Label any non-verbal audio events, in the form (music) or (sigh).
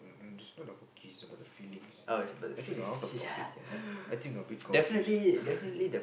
mm it's not about kiss about the feelings I think you are out of topic here I think you're a bit confused (laughs)